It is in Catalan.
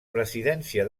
presidència